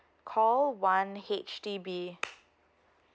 call one H_D_B